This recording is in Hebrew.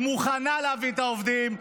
היא מוכנה להביא את העובדים,